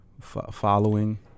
following